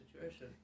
situation